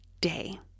day